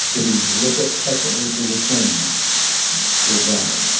did he look expectantly to return to a bride?